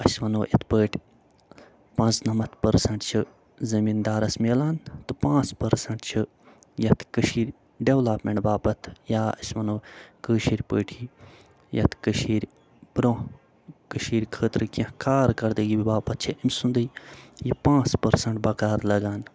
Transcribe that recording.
أسۍ وَنو یِتھ پٲٹھۍ پانٛژٕ نمتھ پٔرسنٛٹ چھِ زٔمیٖدارس مِلان تہٕ تہٕ پانٛژھ پٔرسنٛٹ چھِ یَتھ کٔشیٖرِ ڈٮ۪ولاپمٮ۪نٛٹ باپتھ یا أسۍ وَنو کٲشِر پٲٹھی یَتھ کٔشیٖرِ برٛونٛہہ کٔشیٖرِ خٲطرٕ کیٚنٛہہ کار کردگی باپتھ چھِ ام سُنٛدٕے یہِ پانٛژھ پٔرسنٛٹ بکار لَگان